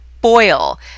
boil